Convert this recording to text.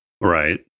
Right